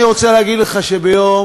אני רוצה להגיד לך שביום